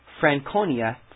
Franconia